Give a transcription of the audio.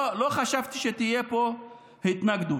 לא חשבתי שתהיה פה התנגדות.